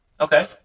Okay